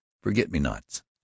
Forget-me-nots